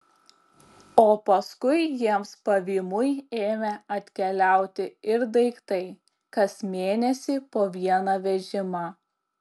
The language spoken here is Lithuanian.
o paskui jiems pavymui ėmė atkeliauti ir daiktai kas mėnesį po vieną vežimą